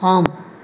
ஆம்